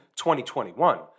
2021